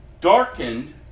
darkened